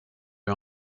hur